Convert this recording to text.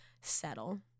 settle